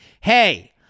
Hey